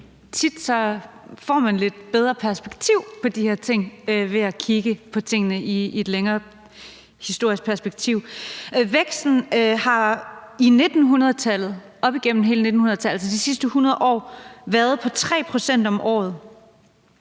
tit får man et lidt bedre perspektiv på de her ting ved at kigge på tingene i et længere historisk perspektiv. Væksten har op igennem hele 1900-tallet, altså de sidste 100 år, været på 3 pct. om året.